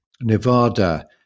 Nevada